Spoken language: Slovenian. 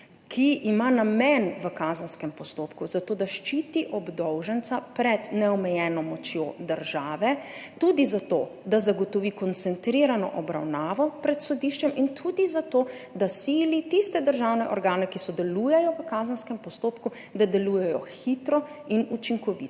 ki ima namen v kazenskem postopku, zato da ščiti obdolženca pred neomejeno močjo države, tudi zato da zagotovi koncentrirano obravnavo pred sodiščem in tudi zato da sili tiste državne organe, ki sodelujejo v kazenskem postopku, da delujejo hitro in učinkovito.